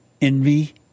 envy